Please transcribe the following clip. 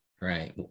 right